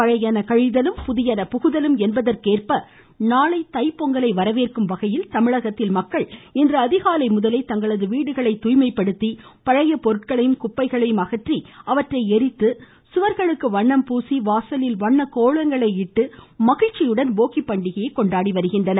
பழையன கழிதலும் புதியன புகுதலும் என்பதற்கேற்ப நாளை தைப்பொங்கலை வரவேற்கும் வகையில் தமிழகத்தில் மக்கள் இன்று அதிகாலை முதலே தங்கள் வீடுகளை தூய்மைப்படுத்தி பழைய பொருட்களையும் குப்பைகளையும் அகற்றி அவற்றை எரித்து சுவர்களுக்கு வண்ணம் பூசி வாசலில் வண்ணக் கோலங்களை இட்டு மகிழ்ச்சியுடன் போகிப் பண்டிகையை கொண்டாடி வருகின்றனர்